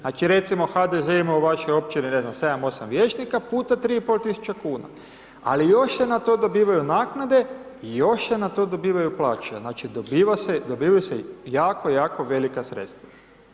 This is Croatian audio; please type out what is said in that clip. Znači recimo, HDZ ima u vašoj općini, ne znam, 7,8 vijećnika puta 3500 kuna, ali još se na to dobivaju naknade i još se na to dobivaju plaće, znači dobiva se, dobivaju se jako jako velika sredstva.